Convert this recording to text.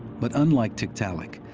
but unlike tiktaalik,